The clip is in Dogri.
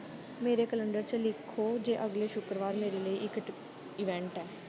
मेरे कलंडर च लिखो जे अगले शुक्करबार मेरे लेई इक इवैंट ऐ